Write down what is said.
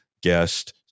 guest